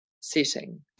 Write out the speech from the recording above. Setting